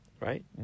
right